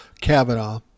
Kavanaugh